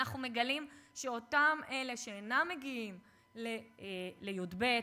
אנחנו מגלים שאלה שאינם מגיעים לי"ב,